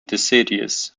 deciduous